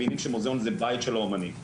מבינים שמוזיאון זה בית של האומנים,